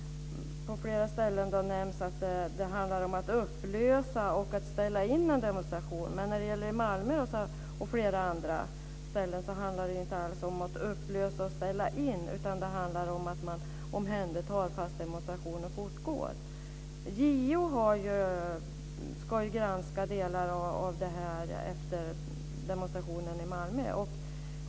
På flera ställen nämns det att det handlar om att upplösa och att ställa in en demonstration. Men när det gäller Malmö och flera andra ställen har det inte alls handlat om att upplösa och ställa in utan om att omhänderta fast demonstrationen fortgår. JO ska granska delar av detta efter demonstrationen i Malmö.